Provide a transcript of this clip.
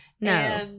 no